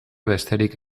besterik